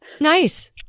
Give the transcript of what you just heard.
Nice